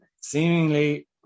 seemingly